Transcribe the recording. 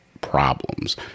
problems